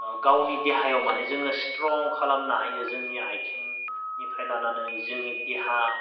गावनि देहायाव माने जोङो स्ट्रं खालामनो हायो जोंनिया आथिंनिफ्राय लानानै जोंनि देहा